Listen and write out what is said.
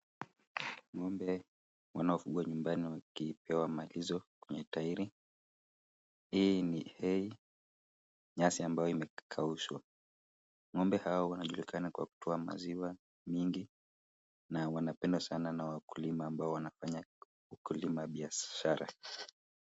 Ng'ombe wanaofugwa nyumbani wakipewa malisho kwenye tairi, hii ni hay nyasi ambayo imekaushwa. Ng'ombe hawa wanajulikana kwa kutoa maziwa mingi na wanapendwa sana na wakulima ambao wanafanya ukulima biashara